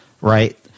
Right